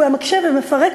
הוא היה מקשה ומפרק,